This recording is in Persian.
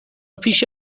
پیش